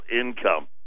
income